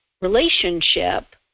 relationship